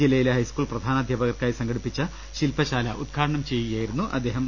ജില്ലയിലെ ഹൈസ്കൂൾ പ്രധാനാധ്യാപകർക്കായി സംഘടിപ്പിച്ച ശിൽപശാല ഉദ്ഘാടനം ചെയ്ത് സംസാരിക്കുകയായിരുന്നു അദ്ദേഹം